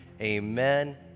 amen